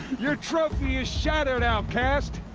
your trophy is shattered, outcast!